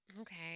Okay